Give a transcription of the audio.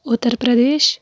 Uttar Pradesh